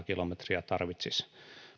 kilometriä tarvitsisi